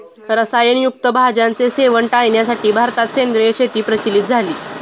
रसायन युक्त भाज्यांचे सेवन टाळण्यासाठी भारतात सेंद्रिय शेती प्रचलित झाली